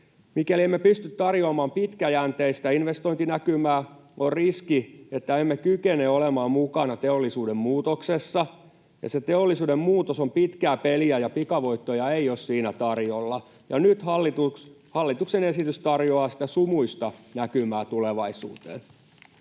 Mikäli emme pysty tarjoamaan pitkäjänteistä investointinäkymää, on riski, että emme kykene olemaan mukana teollisuuden muutoksessa. Se teollisuuden muutos on pitkää peliä, ja pikavoittoja ei ole siinä tarjolla. Nyt hallituksen esitys tarjoaa sumuista näkymää tulevaisuuteen.